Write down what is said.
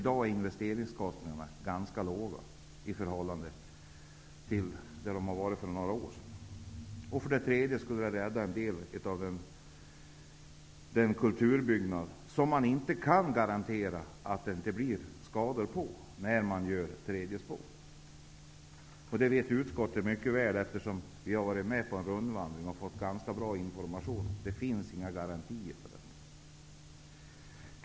I dag är investeringskostnaderna ganska låga i förhållande till den nivå som var för några år sedan. För det tredje skulle tunneln rädda en del kulturbyggnader. Om tredje spåret byggs kan man inte garantera att dessa byggnader inte skadas. Detta vet utskottet mycket väl, eftersom vi i utskottet har deltagit i en rundvandring där vi fick ganska god information om att det inte finns några garantier för detta.